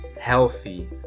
healthy